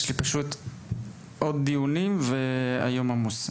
יש לי פשוט עוד דיונים והיום עמוס,